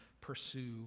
pursue